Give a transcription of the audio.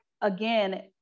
again